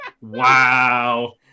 Wow